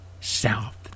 south